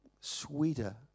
sweeter